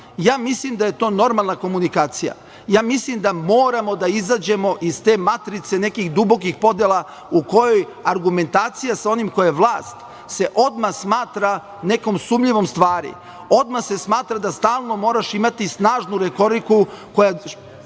mislim da je to normalna komunikacija. Ja mislim da moramo da izađemo iz te matrice nekih dubokih podela u kojoj argumentacija sa onim ko je vlast se odmah smatra nekom sumnjivom stvari. Odmah se smatra da stalno moraš imati snažnuj retoriku koja